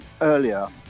earlier